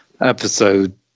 episode